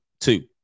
two